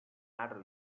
matter